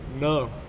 No